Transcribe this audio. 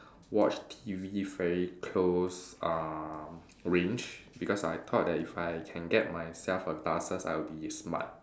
watch T_V very close uh range because I thought that if I can get myself a glasses I will be smart